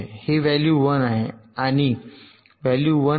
हे व्हॅल्यू 1 आहे आणि ही व्हॅल्यू 1 आहे